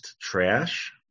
trash